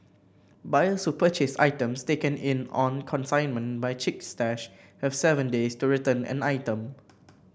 buyers who purchase items taken in on consignment by Chic Stash have seven days to return an item